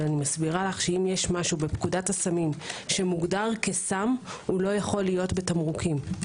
אבל אם יש משהו בפקודת הסמים שמוגדר כסם - לא יכול להיות בתמרוקים.